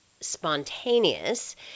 spontaneous